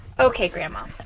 okay, grandma.